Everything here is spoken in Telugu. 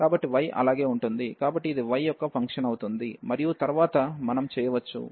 కాబట్టి y అలాగే ఉంటుంది కాబట్టి ఇది y యొక్క ఫంక్షన్ అవుతుంది మరియు తరువాత మనం చేయవచ్చు